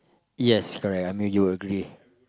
yes correct I mean you agree